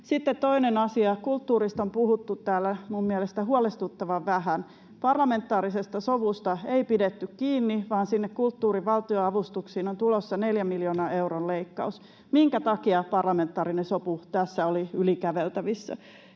Sitten toinen asia. Kulttuurista on puhuttu täällä minun mielestäni huolestuttavan vähän. Parlamentaarisesta sovusta ei pidetty kiinni, vaan sinne kulttuurin valtionavustuksiin on tulossa neljän miljoonan euron leikkaus. Minkä takia parlamentaarinen sopu oli tässä yli käveltävissä?